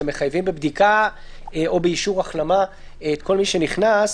שמחייבים בבדיקה או באישור החלמה את כל מי שנכנס,